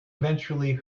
eventually